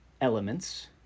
elements